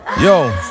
Yo